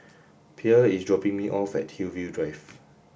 Pierre is dropping me off at Hillview Drive